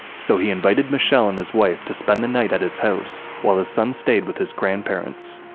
so he invited michel and his wife to spend the night at his house, while his son stayed with his grandparents.